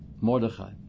Mordechai